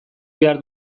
behar